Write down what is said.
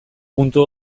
puntu